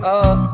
up